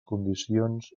condicions